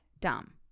dumb